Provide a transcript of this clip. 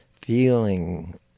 feeling